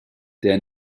der